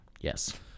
Yes